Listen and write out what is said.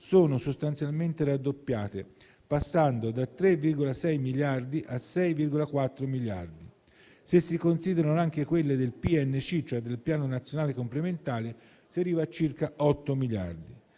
sono sostanzialmente raddoppiate, passando da 3,6 miliardi a 6,4 miliardi. Se si considerano anche quelle del PNC, cioè del Piano nazionale complementare, si arriva a circa 8 miliardi.